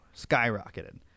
skyrocketed